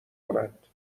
کنند